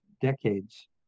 decades